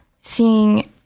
seeing